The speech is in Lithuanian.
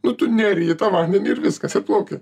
nu tu neri į tą vandenį ir viskas ir plauki